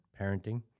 parenting